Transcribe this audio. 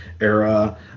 era